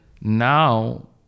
now